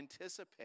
anticipate